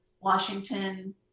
Washington